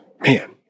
man